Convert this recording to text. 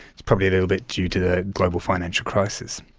it's probably a little bit due to the global financial crisis.